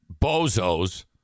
bozos